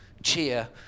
cheer